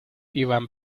ivan